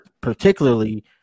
particularly